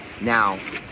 Now